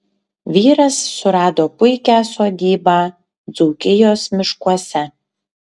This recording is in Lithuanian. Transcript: vyras surado puikią sodybą dzūkijos miškuose